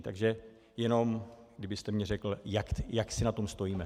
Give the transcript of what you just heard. Takže jenom kdybyste mi řekl, jak si na tom stojíme.